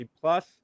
plus